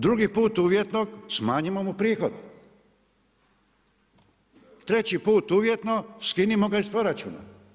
Drugi put uvjetnog, smanjimo mu prihod, treći put uvjetno skinimo ga iz proračuna.